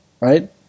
right